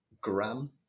gram